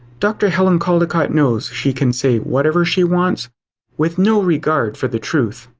dr. helen caldicott knows she can say whatever she wants with no regard for the truth.